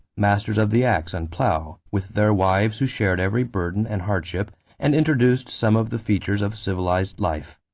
masters of the ax and plow, with their wives who shared every burden and hardship and introduced some of the features of civilized life.